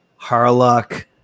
harlock